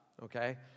Okay